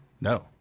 No